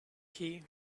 key